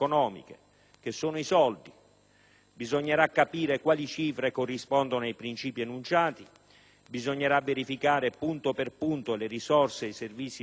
Bisognerà capire quali cifre corrispondonoai princìpi enunciati, verificare punto per punto le risorse e i servizi per i cittadini in tutto il Paese.